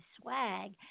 swag